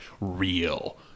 real